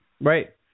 right